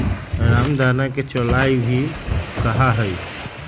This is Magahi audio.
रामदाना के चौलाई भी कहा हई